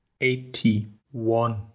eighty-one